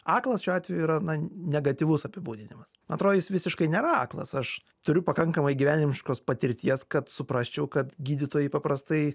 aklas šiuo atveju yra na negatyvus apibūdinimas man atrodo jis visiškai nėra aklas aš turiu pakankamai gyvenimiškos patirties kad suprasčiau kad gydytojai paprastai